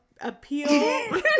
appeal